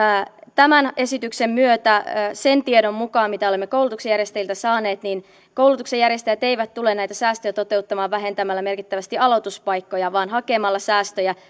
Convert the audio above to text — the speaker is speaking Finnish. tämän esityksen myötä sen tiedon mukaan mitä olemme koulutuksen järjestäjiltä saaneet koulutuksen järjestäjät eivät tule näitä säästöjä toteuttamaan vähentämällä merkittävästi aloituspaikkoja vaan hakemalla säästöjä